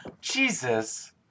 Jesus